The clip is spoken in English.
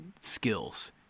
skills